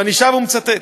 ואני שב ומצטט: